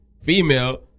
female